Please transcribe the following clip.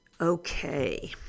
Okay